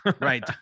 Right